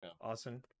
Awesome